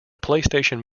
playstation